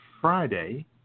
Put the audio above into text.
Friday